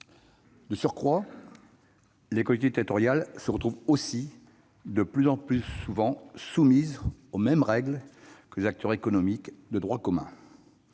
De surcroît, les collectivités territoriales se retrouvent aussi de plus en plus souvent soumises aux mêmes règles que les acteurs économiques de droit commun.